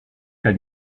cas